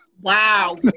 Wow